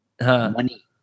money